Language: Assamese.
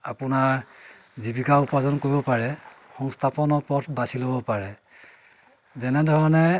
আপোনাৰ জীৱিকা উপাৰ্জন কৰিব পাৰে সংস্থাপনৰ পথ বাচি ল'ব পাৰে যেনেধৰণে